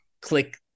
click